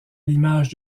l’image